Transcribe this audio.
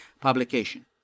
publication